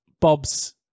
Bob's